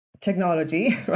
technology